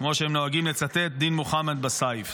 כמו שהם נוהגים לצטט: דין מוחמד בסייף.